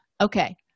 Okay